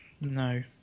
No